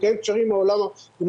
לקיים קשרים עם העולם.